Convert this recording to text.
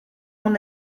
mon